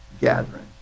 gathering